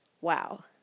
Wow